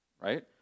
right